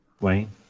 Wayne